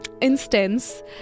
instance